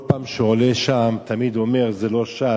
כל פעם שהוא עולה שם תמיד הוא אומר: זה לא ש"ס,